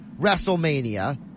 WrestleMania